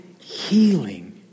healing